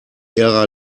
ära